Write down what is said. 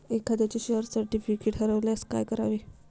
एखाद्याचे share certificate हरवल्यास काय करावे?